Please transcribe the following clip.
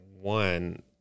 one